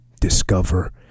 discover